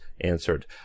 answered